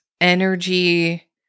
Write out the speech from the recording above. energy